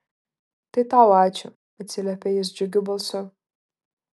tai tau ačiū atsiliepia jis džiugiu balsu